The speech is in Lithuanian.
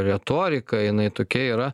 retorika jinai tokia yra